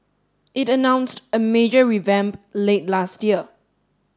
it announced a major revamp late last year